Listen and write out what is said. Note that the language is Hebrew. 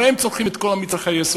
הרי הם צורכים את כל מצרכי היסוד,